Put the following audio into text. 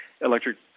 electric